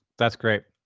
that's great.